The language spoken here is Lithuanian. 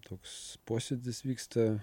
toks posėdis vyksta